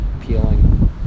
peeling